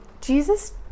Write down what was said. Jesus